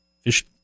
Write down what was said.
Fish